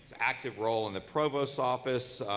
active role in the provost office.